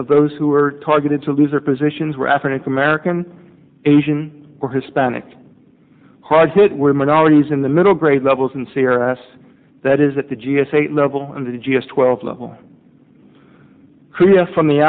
of those who are targeted to lose their positions were african american asian or hispanic hard hit were minorities in the middle grade levels and see that is at the g s a level under the g s twelve level clear from the